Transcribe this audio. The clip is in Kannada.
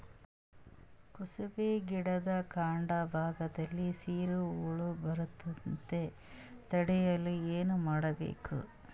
ಕುಸುಬಿ ಗಿಡದ ಕಾಂಡ ಭಾಗದಲ್ಲಿ ಸೀರು ಹುಳು ಬರದಂತೆ ತಡೆಯಲು ಏನ್ ಮಾಡಬೇಕು?